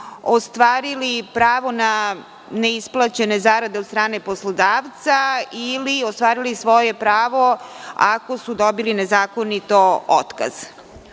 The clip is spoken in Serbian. ostvarili pravo na neisplaćene zarade od strane poslodavca ili ostvarili svoje pravo ako su dobili nezakonito otkaz.